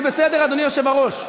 בסדר, אדוני היושב-ראש?